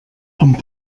amb